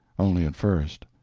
only at first.